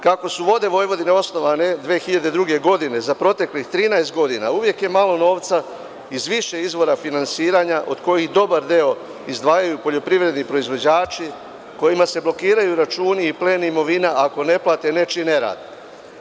Kako su „Vode Vojvodine“ osnovane 2002. godine, za proteklih 13 godina uvek je malo novca iz više izvora finansiranja od kojih dobar deo izdvajaju poljoprivredni proizvođači, kojima se blokiraju računi i pleni imovina ako ne plate nečiji nerad.